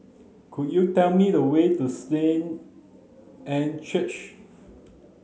could you tell me the way to Anne's Church